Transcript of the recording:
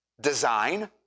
design